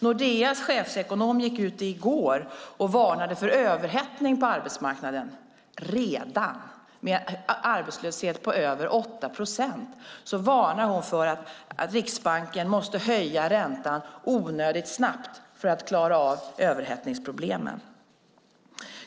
Nordeas chefsekonom gick i går ut och varnade för överhettning på arbetsmarknaden - redan. Med en arbetslöshet på över 8 procent varnar hon för att Riksbanken måste höja räntan onödigt snabbt för att klara av överhettningsproblemen.